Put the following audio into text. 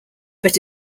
but